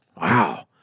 Wow